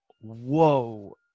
whoa